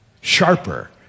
sharper